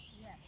yes